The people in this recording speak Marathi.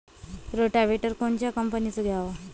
रोटावेटर कोनच्या कंपनीचं घ्यावं?